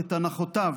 את אנחותיו